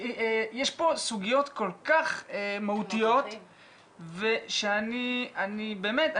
יש פה סוגיות כל כך מהותיות שאני באמת,